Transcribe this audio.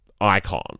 icon